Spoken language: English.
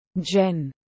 Jen